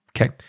okay